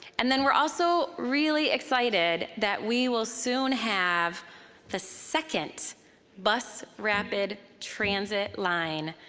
and then, we're also really excited that we will soon have the second bus rapid transit line,